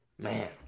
Man